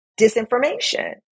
disinformation